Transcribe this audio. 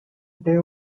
day